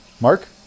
Mark